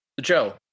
Joe